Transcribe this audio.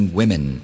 women